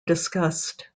discussed